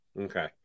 Okay